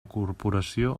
corporació